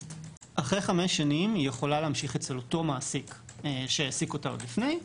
אחרי 5 שנים היא יכולה להמשיך אצל אותו מעסיק שהעסיק אותה עוד לפני.